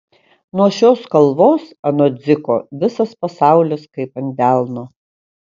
nuo šios kalvos anot dziko visas pasaulis kaip ant delno